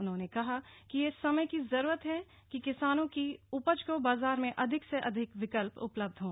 उन्होंने कहा कि यह समय की जरूरत है कि किसानों की उपज को बाजार में अधिक से अधिक विकल्प उपलब्ध हों